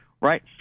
right